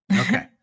Okay